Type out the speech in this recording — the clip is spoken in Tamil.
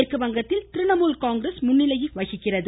மேற்கு வங்கத்தில் திரிணாமுல் காங்கிரஸ் முன்னிலையில் உள்ளது